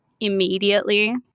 Immediately